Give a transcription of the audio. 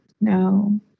no